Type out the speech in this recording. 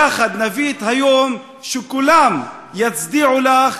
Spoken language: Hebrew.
יחד נביא את היום שכולם יצדיעו לך,